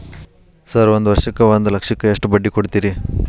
Sir ಒಂದು ವರ್ಷಕ್ಕ ಒಂದು ಲಕ್ಷಕ್ಕ ಎಷ್ಟು ಬಡ್ಡಿ ಕೊಡ್ತೇರಿ?